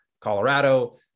Colorado